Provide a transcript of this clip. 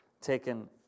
taken